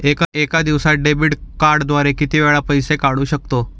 एका दिवसांत डेबिट कार्डद्वारे किती वेळा पैसे काढू शकतो?